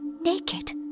naked